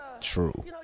true